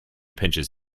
pinches